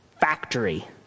factory